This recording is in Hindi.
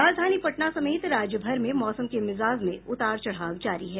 राजधानी पटना समेत राज्य भर में मौसम के मिजाज में उतार चढ़ाव जारी है